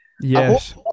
Yes